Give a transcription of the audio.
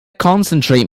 concentrate